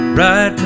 right